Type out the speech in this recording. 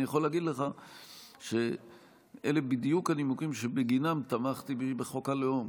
אני יכול להגיד לך שאלה בדיוק הנימוקים שבגינם תמכתי בחוק הלאום,